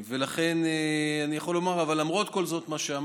אבל למרות כל מה שאמרתי,